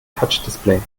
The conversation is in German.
touchdisplay